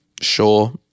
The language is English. Sure